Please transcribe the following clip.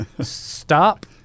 Stop